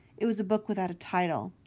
it was a book without a title.